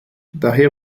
daher